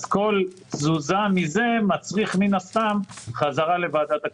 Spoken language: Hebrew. אז כל תזוזה מזה מצריכה מן הסתם חזרה לוועדת הכספים.